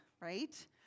right